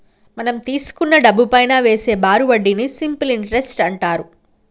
మనం తీసుకున్న డబ్బుపైనా వేసే బారు వడ్డీని సింపుల్ ఇంటరెస్ట్ అంటారు